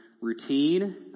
routine